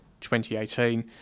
2018